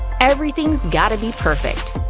everything's gotta be perfect.